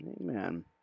Amen